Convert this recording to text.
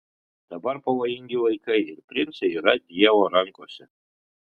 dabar pavojingi laikai ir princai yra dievo rankose